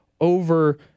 over –